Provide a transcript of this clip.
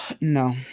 No